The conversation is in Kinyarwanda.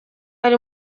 ari